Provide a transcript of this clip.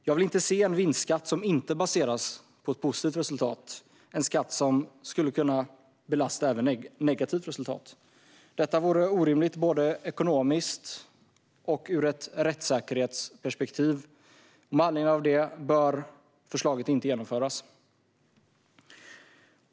Jag vill inte se en vinstskatt som inte baseras på ett positivt resultat, alltså en skatt som skulle kunna belasta även ett negativt resultat. Det vore orimligt både ekonomiskt och ur ett rättssäkerhetsperspektiv. Med anledning av detta bör förslaget inte genomföras.